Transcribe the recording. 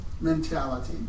mentality